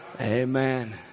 Amen